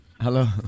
Hello